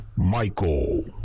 Michael